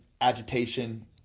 agitation